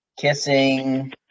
Kissing